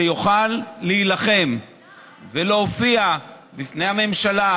שיוכל להילחם ולהופיע בפני הממשלה,